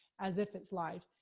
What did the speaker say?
as if it's live.